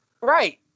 Right